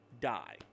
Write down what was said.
die